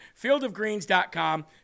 fieldofgreens.com